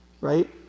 right